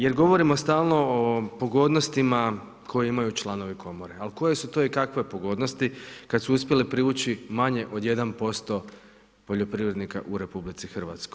Jer govorimo stalno o pogodnostima koje imaju članovi komore, ali koje su to i kakve pogodnosti kad su uspjeli privući manje od 1% poljoprivrednika u RH.